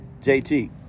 JT